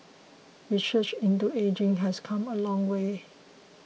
research into ageing has come a long way